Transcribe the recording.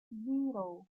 zero